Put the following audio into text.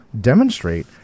demonstrate